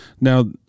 now